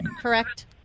correct